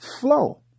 flow